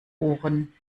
ohren